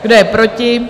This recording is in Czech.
Kdo je proti?